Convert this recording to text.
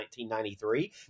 1993